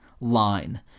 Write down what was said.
line